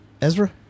Ezra